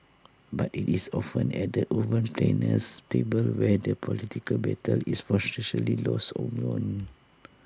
but IT is often at the urban planner's table where the political battle is potentially lost or won